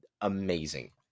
Amazing